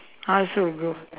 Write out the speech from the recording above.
I also will go